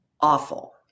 awful